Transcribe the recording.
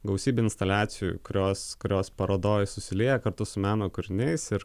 gausybę instaliacijų kurios kurios parodoj susilieja kartu su meno kūriniais ir